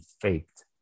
faked